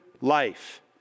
life